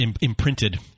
imprinted